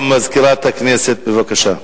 מזכירת הכנסת, בבקשה.